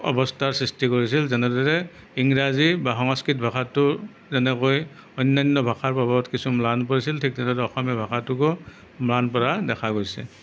অৱস্থাৰ সৃষ্টি কৰিছিল যেনেদৰে ইংৰাজী বা সংস্কৃত ভাষাটো যেনেকৈ অন্যান্য ভাষাৰ প্ৰভাৱত কিছু ম্লান পৰিছিল ঠিক তেনেদৰে অসমীয়া ভাষাটোকো ম্লান পৰা দেখা গৈছে